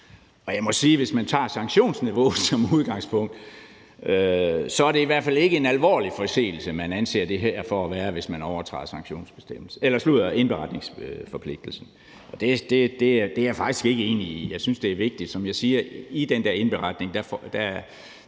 Jeg må sige, at hvis man tager sanktionsniveauet som udgangspunkt, er det i hvert fald ikke en alvorlig forseelse, man anser det for at være, hvis man overtræder indberetningsforpligtelsen, og det er jeg faktisk ikke enig i. Jeg synes, det er vigtigt, som jeg siger, at man i den indberetning faktisk